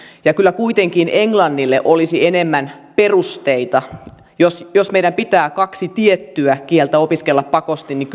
ja kyllä kuitenkin englannille olisi enemmän perusteita jos jos meidän pitää kaksi tiettyä kieltä opiskella pakosti niin